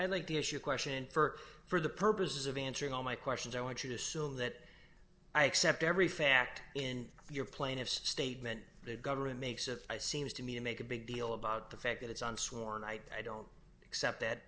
i like the is your question for for the purposes of answering all my questions i want you to assume that i accept every fact in your plaintiff's statement the government makes of seems to me to make a big deal about the fact that it's on sworn i i don't accept that